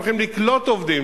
הולכים לקלוט עובדים,